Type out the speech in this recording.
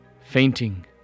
fainting